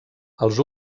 els